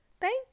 thank